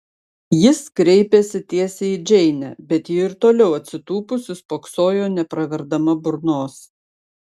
jis kreipėsi tiesiai į džeinę bet ji ir toliau atsitūpusi spoksojo nepraverdama burnos